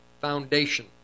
foundation